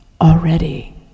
already